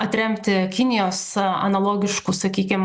atremti kinijos analogiškų sakykim